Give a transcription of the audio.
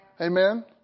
Amen